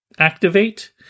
Activate